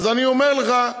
אז אני אומר לך,